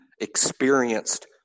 experienced